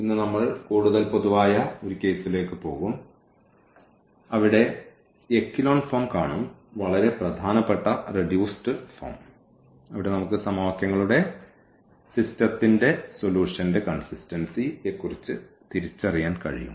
ഇന്ന് നമ്മൾ കൂടുതൽ പൊതുവായ ഒരു കേസിലേക്ക് പോകും അവിടെ എക്കലോൺ ഫോം കാണും വളരെ പ്രധാനപ്പെട്ട റെഡ്യൂസ്ഡ് ഫോം അവിടെ നമുക്ക് സമവാക്യങ്ങളുടെ സിസ്റ്റത്തിന്റെ സൊല്യൂഷന്റെ കോൺസിസ്റ്റൻസി യെക്കുറിച്ച് തിരിച്ചറിയാൻ കഴിയും